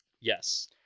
Yes